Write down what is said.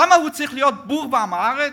למה הוא צריך להיות בור ועם הארץ?